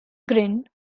grin